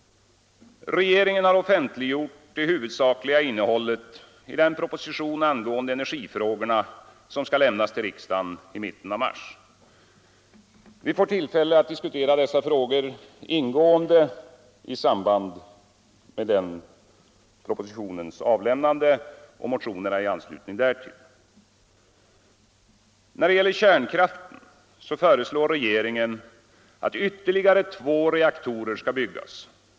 Regeringen har offentliggjort det huvudsakliga innehållet i den proposition angående energifrågorna som skall lämnas till riksdagen i mitten av mars. Vi får tillfälle att diskutera dessa frågor ingående i När det gäller kärnkraften föreslår regeringen att ytterligare två reaktorer skall byggas.